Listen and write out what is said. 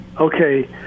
Okay